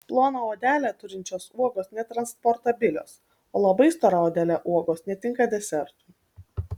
ploną odelę turinčios uogos netransportabilios o labai stora odele uogos netinka desertui